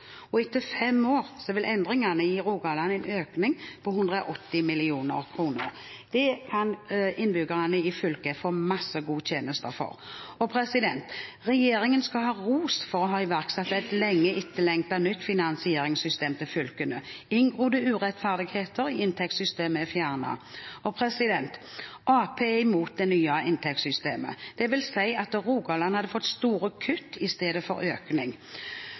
pst. Etter fem år vil endringen gi Rogaland en økning på 180 mill. kr. Det kan innbyggerne i fylket få masse gode tjenester for. Regjeringen skal ha ros for å ha iverksatt et lenge etterlengtet nytt finansieringssystem for fylkene. Inngrodde urettferdigheter i inntektssystemet er fjernet. Arbeiderpartiet er imot det nye inntektssystemet. Det vil si at Rogaland hadde fått store kutt i stedet for økning,